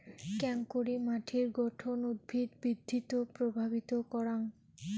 কেঙকরি মাটির গঠন উদ্ভিদ বৃদ্ধিত প্রভাবিত করাং?